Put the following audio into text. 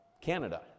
Canada